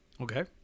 Okay